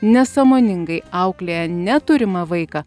nesąmoningai auklėja ne turimą vaiką